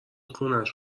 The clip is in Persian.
خونش